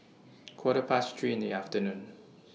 Quarter Past three in The afternoon